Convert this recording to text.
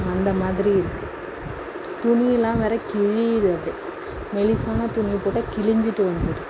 அந்த மாதிரி இருக்குது துணியெலாம் வேறு கிழியுது அப்படியே மெல்லிசான துணியை போட்டால் கிழிஞ்சுட்டு வந்துடுது